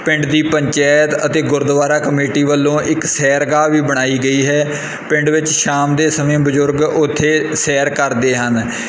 ਪਿੰਡ ਦੀ ਪੰਚਾਇਤ ਅਤੇ ਗੁਰਦੁਆਰਾ ਕਮੇਟੀ ਵੱਲੋਂ ਇੱਕ ਸੈਰਗਾਹ ਵੀ ਬਣਾਈ ਗਈ ਹੈ ਪਿੰਡ ਵਿੱਚ ਸ਼ਾਮ ਦੇ ਸਮੇਂ ਬਜ਼ੁਰਗ ਉੱਥੇ ਸੈਰ ਕਰਦੇ ਹਨ